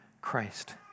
Christ